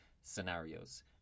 scenarios